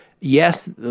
Yes